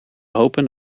hopen